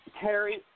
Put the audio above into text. Terry